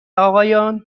آقایان